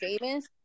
famous